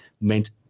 meant